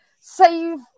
save